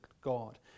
God